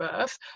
birth